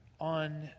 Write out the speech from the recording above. on